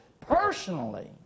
personally